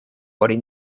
oni